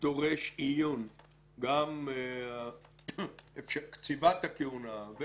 דורשת עיון גם קציבת הכהונה,